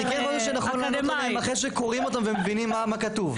אני כן חושב שנכון לענות עליהן אחרי שקוראים אותם ומבינים מה כתוב.